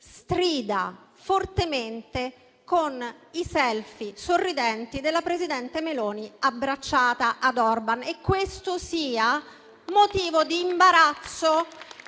strida fortemente con i *selfie* sorridenti della presidente Meloni abbracciata ad Orban e che questo sia motivo di imbarazzo